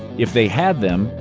if they had them,